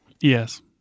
yes